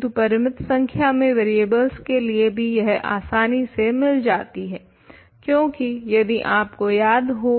किन्तु परिमित संख्या में वरियेबल्स के लिए भी यह आसानी से मिल जाती है क्यूंकि यदि आपको याद हो